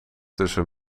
tussen